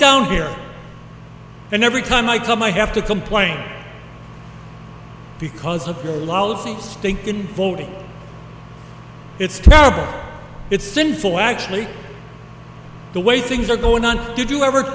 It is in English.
down here and every time i come i have to complain because of the lousy stink in voting it's terrible it's sinful actually the way things are going on did you ever